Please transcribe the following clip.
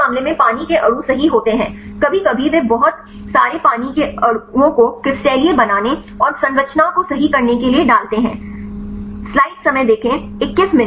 तो दूसरे मामले में पानी के अणु सही होते हैं कभी कभी वे बहुत सारे पानी के अणुओं को क्रिस्टलीय बनाने और संरचना को सही करने के लिए डालते हैं